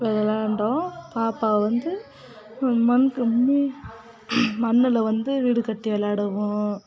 விளையாண்டோம் பாப்பா வந்து மண்ணுக்கு மண்ணில் வந்து வீடு கட்டி விளையாடவும்